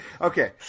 okay